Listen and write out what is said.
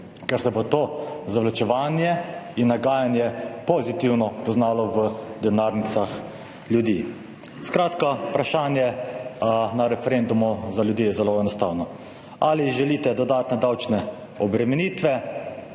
ker se bo to zavlačevanje in nagajanje pozitivno poznalo v denarnicah ljudi. Skratka, vprašanje na referendumu za ljudi je zelo enostavno: ali želite dodatne davčne obremenitve